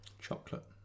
Chocolate